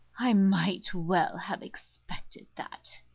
i might well have expected that,